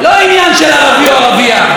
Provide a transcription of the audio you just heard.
לא עניין של ערבי או ערבייה,